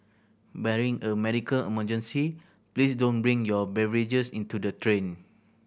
barring a medical emergency please don't bring your beverages into the train